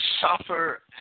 suffer